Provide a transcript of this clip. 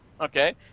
Okay